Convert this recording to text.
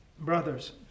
brothers